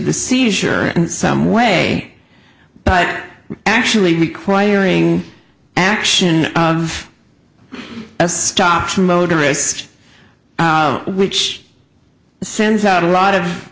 the seizure in some way but actually requiring action of a stock a motorist which sends out a lot of